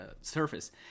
surface